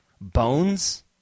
Bones